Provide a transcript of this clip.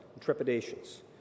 trepidations